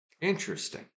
Interesting